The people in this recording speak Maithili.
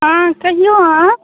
हँ कहिऔ अहाँ